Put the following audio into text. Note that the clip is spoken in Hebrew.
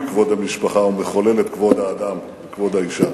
"כבוד המשפחה" ומחלל את כבוד האדם וכבוד האשה.